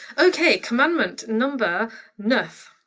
okay, commandment number neuf.